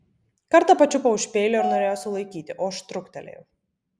kartą pačiupo už peilio ir norėjo sulaikyti o aš truktelėjau